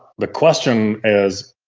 the question is,